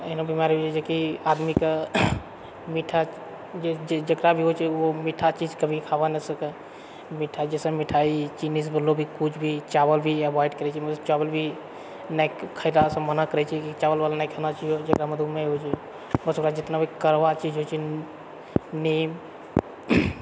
एहन बीमारी होइत छै जेकि आदमीकेंँ मीठा जेकराभी होइत छै ओ मीठा चीज कभी खावा नहि सकैहै मीठा जैसे मिठाई चिन्नीसे बनल किछु भी चावल भी एवोइड करैछे मतलब चावल भी खएलासँ मना करैत छेै कि चावल वावल नही खाना चाहिए आओर जेकरामे मधुमेह होइत छेै बस जितनाभी कड़वा चीज होइत छेै नीम